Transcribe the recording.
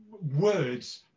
words